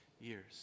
years